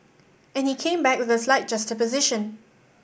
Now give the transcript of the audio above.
and he came back with a slight juxtaposition